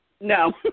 No